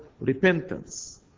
repentance